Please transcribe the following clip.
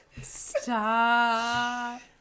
Stop